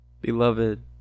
Beloved